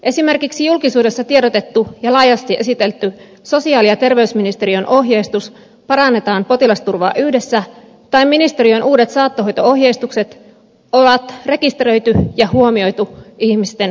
esimerkiksi julkisuudessa tiedotettu ja laajasti esitelty sosiaali ja terveysministeriön ohjeistus edistämme potilasturvallisuutta yhdessä ja ministeriön uudet saattohoito ohjeistukset on rekisteröity ja huomioitu ihmisten keskuudessa